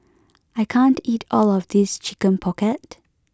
I can't eat all of this chicken pocket